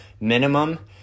minimum